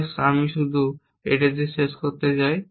তাই আমি শুধু দিয়ে শেষ করতে চাই